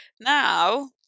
Now